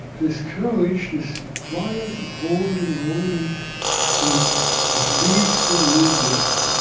this courage this quiet holding, holding and it leads to a new birth.